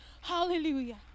Hallelujah